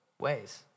Ways